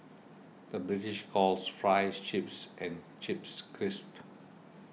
the British calls Fries Chips and Chips Crisps